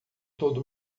todo